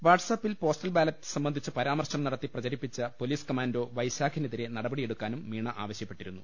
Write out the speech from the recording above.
വാട്ട്സ്ആപ്പിൽ postal ballot സംബന്ധിച്ച് പരാമർശം നടത്തി പ്രചരിപ്പിച്ച പൊലീസ് കമാന്റോ വൈശാഖിനെതിരെ നട പടി എടുക്കാനും മീണ ആവശ്യപ്പെട്ടിരുന്നു